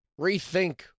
rethink